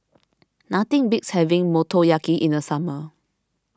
nothing beats having Motoyaki in the summer